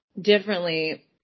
differently